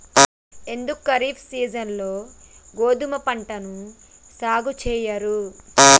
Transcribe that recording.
ఎందుకు ఖరీఫ్ సీజన్లో గోధుమ పంటను సాగు చెయ్యరు?